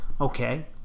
okay